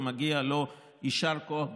ומגיע לו יישר כוח גדול.